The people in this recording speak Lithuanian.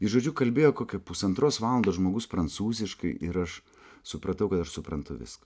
jis žodžiu kalbėjo kokią pusantros valandos žmogus prancūziškai ir aš supratau kad aš suprantu viską